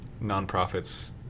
nonprofits